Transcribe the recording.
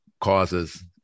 causes